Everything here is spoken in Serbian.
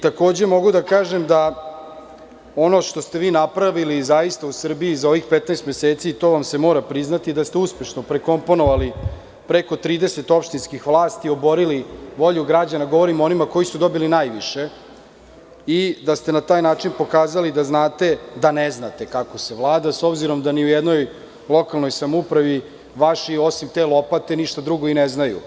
Takođe, mogu da kažem da ono što ste vi napravili u Srbiji za ovih 15 meseci, to vam se mora priznati da ste uspešno prekomponovali preko 30 opštinskih vlasti, oborili volju građana, govorim o onima koji su dobili najviše i da ste na taj način pokazali da znate da ne znate kako se vlada, s obzirom da ni u jednoj lokalnoj samoupravi vaši osim te lopate ništa drugo i ne znaju.